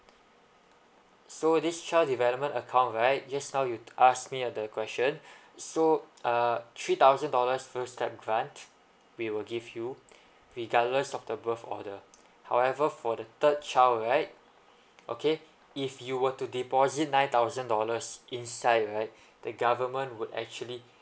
so this child development account right just now you ask me uh the question so uh three thousand dollars first step grant we will give you regardless of the birth order however for the third child right okay if you were to deposit nine thousand dollars inside right the government would actually